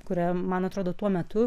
kurie man atrodo tuo metu